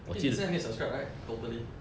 eh 你现在没有 subscribe right totally